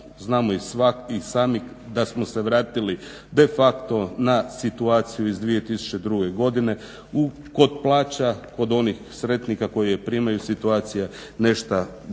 znamo i sami da smo se vratili de facto na situaciju iz 2002. godine, kod plaća, kod onih sretnika koji je primaju je situacija nešto bolja,